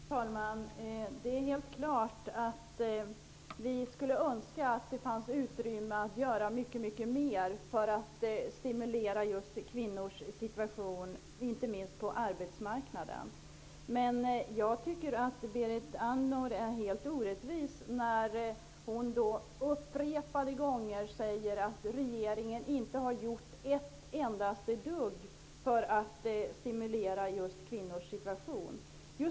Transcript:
Fru talman! Det är helt klart att vi skulle önska att det fanns utrymme för att göra mycket mer för att stimulera till en förändring av just kvinnors situation, inte minst på arbetsmarknaden. Men jag tycker att Berit Andnor är orättvis när hon upprepade gånger säger att regeringen inte har gjort ett enda dugg för att stimulera kvinnors situation.